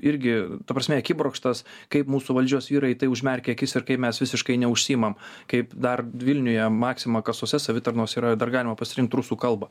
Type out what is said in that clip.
irgi ta prasme akibrokštas kaip mūsų valdžios vyrai į tai užmerkia akis ir kai mes visiškai neužsiimam kaip dar vilniuje maxima kasose savitarnos yra dar galima pasirinkt rusų kalbą